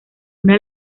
una